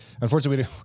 Unfortunately